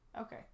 okay